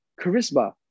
charisma